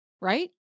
right